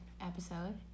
episode